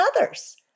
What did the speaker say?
others